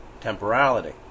temporality